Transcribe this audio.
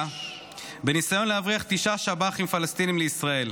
בניסיון להבריח תשעה שב"חים פלסטינים לישראל.